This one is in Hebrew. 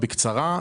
אענה בקצרה.